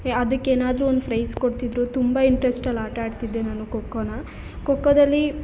ಅದಕ್ಕೆ ಏನಾದರೂ ಒಂದು ಪ್ರೈಝ್ ಕೊಡ್ತಿದ್ದರು ತುಂಬ ಇಂಟ್ರಸ್ಟಲ್ಲಿ ಆಟ ಆಡ್ತಿದ್ದೆ ನಾನು ಖೋಖೋನ ಖೋಖೋದಲ್ಲಿ